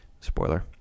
Spoiler